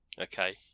okay